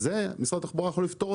כל זמן שהפרשנות של גורם שווה לבעל תפקיד,